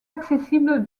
accessibles